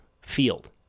field